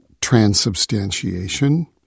transubstantiation